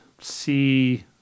see